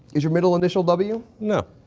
is your middle initial w? no.